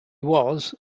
was